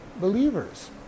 believers